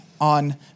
on